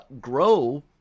grow